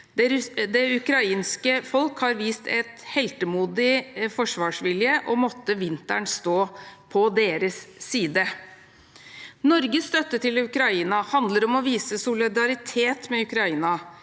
Det ukrainske folk har vist en heltemodig forsvarsvilje. Måtte vinteren stå på deres side! Norges støtte til Ukraina handler om å vise solidaritet med Ukraina,